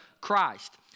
Christ